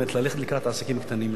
ללכת לקראת העסקים הקטנים,